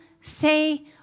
say